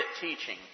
teaching